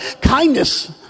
Kindness